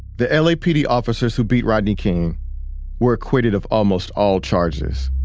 the lapd officers who beat rodney king were acquitted of almost all charges.